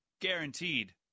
Guaranteed